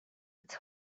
its